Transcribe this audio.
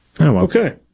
Okay